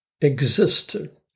existed